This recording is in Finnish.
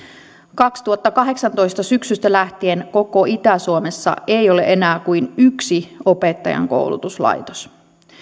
kaksituhattakahdeksantoista lähtien koko itä suomessa ei ole enää kuin yksi opettajankoulutuslaitos